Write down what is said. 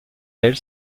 elle